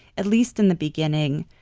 at least in the beginning,